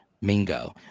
Mingo